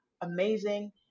amazing